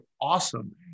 awesome